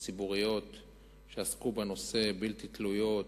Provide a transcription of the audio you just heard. ציבוריות שעסקו בנושא והן בלתי תלויות,